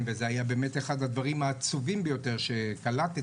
וזה היה באמת אחד הדברים העצובים ביותר שקלטתי,